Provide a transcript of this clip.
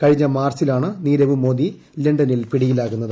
കഴിഞ്ഞ മാർച്ചിലാണ് നീരവ് മോദി ലണ്ടനിൽ പിടിയിലാകുന്നത്